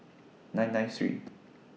nine nine three